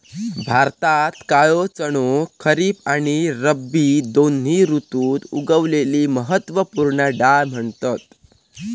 भारतात काळो चणो खरीब आणि रब्बी दोन्ही ऋतुत उगवलेली महत्त्व पूर्ण डाळ म्हणतत